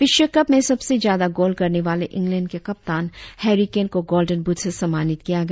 विश्व कप में सबसे ज्यादा गोल करने वाले इंग्लैंड के कप्तान हैरी केन को गोल्डन बूट से सम्मानित किया गया